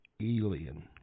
alien